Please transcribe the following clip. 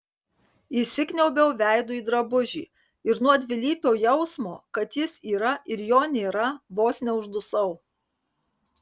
įsikniaubiau veidu į drabužį ir nuo dvilypio jausmo kad jis yra ir jo nėra vos neuždusau